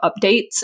updates